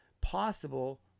possible